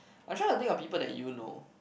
actually I think of people that you know